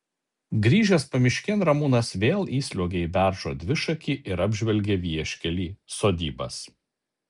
grįžęs pamiškėn ramūnas vėl įsliuogia į beržo dvišakį ir apžvelgia vieškelį sodybas